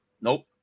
Nope